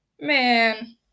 Man